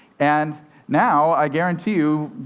and now, i guarantee you,